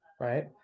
right